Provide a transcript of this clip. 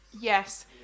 Yes